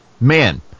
Man